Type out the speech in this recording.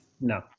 no